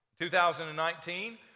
2019